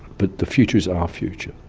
but the future is our future.